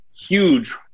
huge